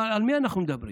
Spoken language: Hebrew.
אבל על מי אנחנו מדברים?